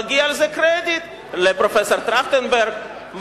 מגיע על זה קרדיט לפרופסור טרכטנברג.